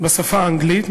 בשפה האנגלית,